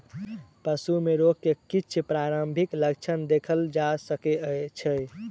पशु में रोग के किछ प्रारंभिक लक्षण देखल जा सकै छै